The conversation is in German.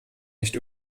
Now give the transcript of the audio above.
nicht